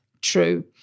true